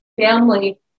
family